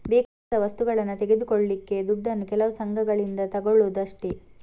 ಬೇಕಾದ ವಸ್ತುಗಳನ್ನ ತೆಗೆದುಕೊಳ್ಳಿಕ್ಕೆ ದುಡ್ಡನ್ನು ಕೆಲವು ಸಂಘಗಳಿಂದ ತಗೊಳ್ಳುದು ಅಷ್ಟೇ